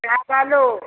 चावलो